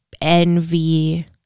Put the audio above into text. envy